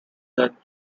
that